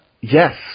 Yes